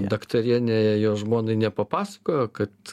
daktarienė jo žmonai nepapasakojo kad